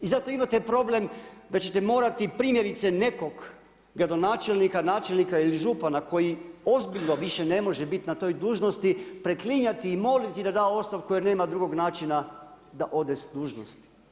I zato imate problem da ćete morati primjerice nekog gradonačelnika, načelnika ili župana koji ozbiljno više ne može biti na toj dužnosti preklinjati i moliti da da ostavku jer nema drugog načina da ode s dužnosti.